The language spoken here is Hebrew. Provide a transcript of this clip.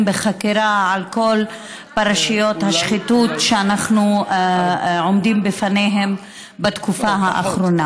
בחקירה על כל פרשיות השחיתות שאנחנו עומדים לפניהן בתקופה האחרונה,